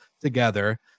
together